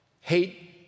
Hate